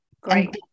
Great